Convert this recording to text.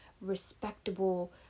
respectable